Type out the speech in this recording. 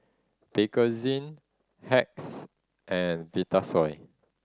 Bakerzin Hacks and Vitasoy